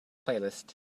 playlist